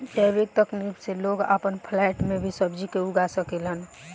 जैविक तकनीक से लोग आपन फ्लैट में भी सब्जी के उगा सकेलन